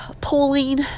pulling